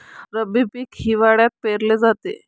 रब्बी पीक हिवाळ्यात पेरले जाते